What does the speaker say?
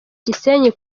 gisenyi